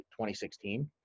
2016